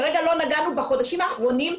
כרגע לא נגענו, בחודשים האחרונים.